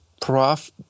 prof